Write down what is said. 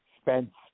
Spence